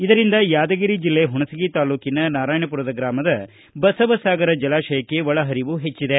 ಇದರಿಂದ ಯಾದಗಿರಿ ಜಿಲ್ಲೆ ಹುಣಸಗಿ ತಾಲ್ಲೂಕಿನ ನಾರಾಯಣಪೂರದ ಗ್ರಾಮದ ಬಸವಸಾಗರ ಜಲಾಶಯಕ್ಕೆ ಒಳಹರಿವು ಹೆಚ್ಚದೆ